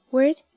Word